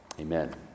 Amen